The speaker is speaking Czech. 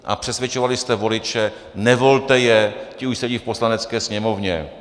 A přesvědčovali jste voliče nevolte je, ti už sedí v Poslanecké sněmovně.